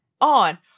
on